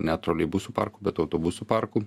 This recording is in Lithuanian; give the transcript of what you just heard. ne troleibusų parkų bet autobusų parkų